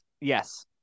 Yes